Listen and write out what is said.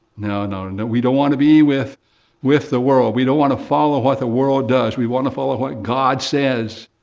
no, no, no, we don't want to be with with the world. we don't want to follow what the world does. we want to follow what god says.